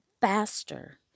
faster